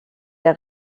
der